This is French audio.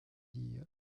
îles